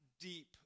deep